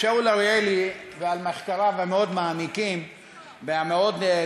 את שאול אריאלי ואת מחקריו המאוד-מעמיקים והמאוד-נרחבים.